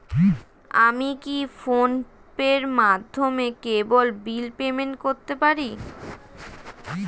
আমি কি ফোন পের মাধ্যমে কেবল বিল পেমেন্ট করতে পারি?